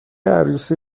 عروسی